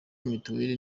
mitiweri